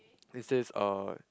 this says uh